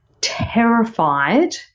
terrified